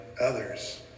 others